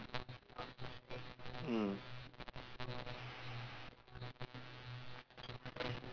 mm